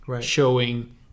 showing